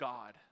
God